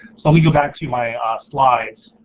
so let me go back to my ah slides.